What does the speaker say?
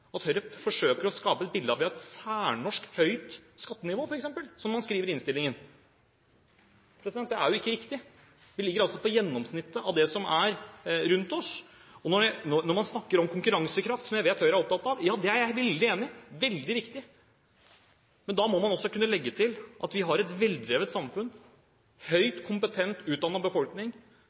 at Høyre forsøker å skape et bilde av et særnorsk høyt skattenivå, f.eks., som man skriver i innstillingen. Det er jo ikke riktig. Vi ligger altså på gjennomsnittet av det som er rundt oss. Når man snakker om konkurransekraft, som jeg vet Høyre er opptatt av, er jeg veldig enig i at det er veldig viktig. Men da må man også kunne legge til at vi har et veldrevet samfunn, en høyt kompetent, utdannet befolkning